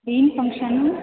ಏನು ಫಂಕ್ಷನು